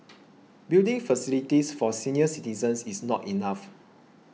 building facilities for senior citizens is not enough